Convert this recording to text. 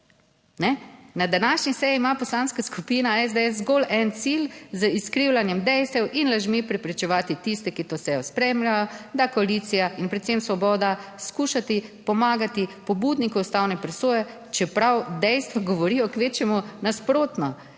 Na današnji seji ima Poslanska skupina SDS zgolj en cilj, z izkrivljanjem dejstev in lažmi preprečevati tiste, ki to sejo spremljajo, da koalicija in predvsem svoboda skušati pomagati pobudnikov ustavne presoje, čeprav dejstva govorijo kvečjemu nasprotno.